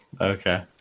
Okay